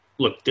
Look